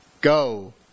go